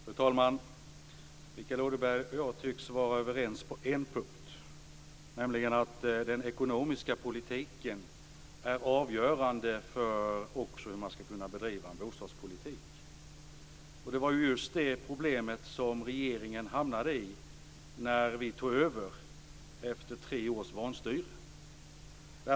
Herr talman! Mikael Odenberg och jag tycks vara överens på en punkt, nämligen att den ekonomiska politiken är avgörande för hur man skall kunna bedriva en bostadspolitik. Det var just det problemet som regeringen hamnade i när vi tog över efter tre års vanstyre.